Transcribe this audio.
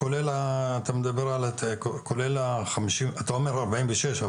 אתה אומר ארבעים ושש,